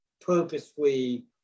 purposefully